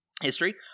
history